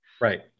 Right